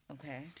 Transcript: Okay